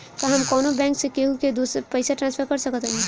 का हम कौनो दूसर बैंक से केहू के पैसा ट्रांसफर कर सकतानी?